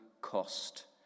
cost